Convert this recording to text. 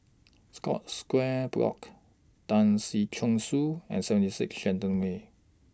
Scotts Square Block Tan Si Chong Su and seventy six Shenton Way